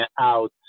out